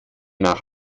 nach